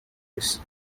isi